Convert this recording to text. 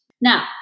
Now